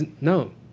No